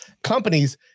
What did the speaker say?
companies